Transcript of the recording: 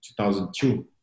2002